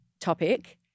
topic